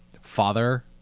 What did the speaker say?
father